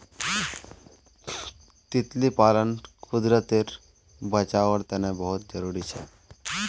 तितली पालन कुदरतेर बचाओर तने बहुत ज़रूरी छे